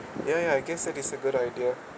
ya ya I guess it is a good idea